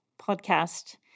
podcast